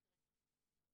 יקרה.